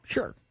Sure